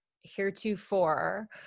heretofore